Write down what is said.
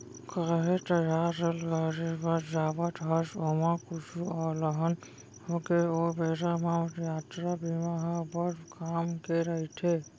काहे तैंहर रेलगाड़ी म जावत हस, ओमा कुछु अलहन होगे ओ बेरा म यातरा बीमा ह बड़ काम के रइथे